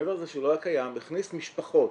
מעבר לזה שהוא לא היה קיים, הכניס משפחות